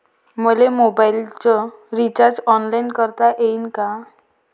मले मोबाईलच recharge online करता येईन का?